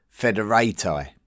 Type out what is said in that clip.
Federati